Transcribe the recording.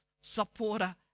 supporter